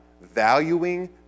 valuing